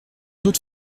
doute